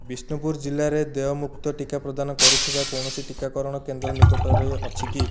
ବିଷ୍ଣୁପୁର ଜିଲ୍ଲାରେ ଦେୟମୁକ୍ତ ଟିକା ପ୍ରଦାନ କରୁଥିବା କୌଣସି ଟିକାକରଣ କେନ୍ଦ୍ର ନିକଟରେ ଅଛି କି